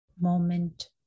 moment